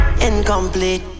Incomplete